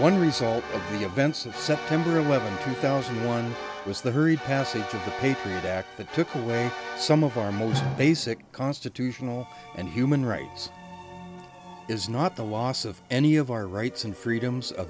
one result of the events of september eleventh two thousand and one was the hurried passage of the patriot act that took away some of our most basic constitutional and human rights is not the loss of any of our rights and freedoms